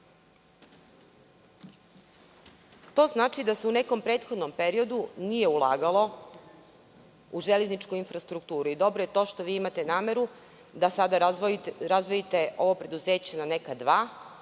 To znači da se u nekom prethodnom periodu nije ulagalo u železničku infrastrukturu i dobro je to što imate nameru da sada razdvojite ovo preduzeće na neka dva,